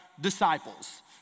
disciples